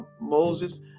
Moses